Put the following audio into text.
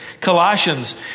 Colossians